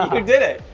you did it!